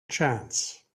chance